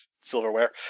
silverware